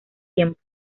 tiempo